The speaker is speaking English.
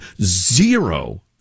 zero